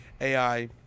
AI